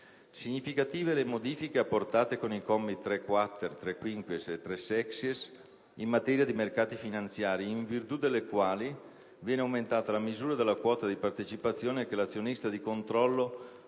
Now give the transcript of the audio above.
Significative le modifiche apportate con i commi 3-*quater*, 3-*quinquies* e 3-*sexies* in materia di mercati finanziari, in virtù delle quali viene aumentata la misura della quota di partecipazione che l'azionista di controllo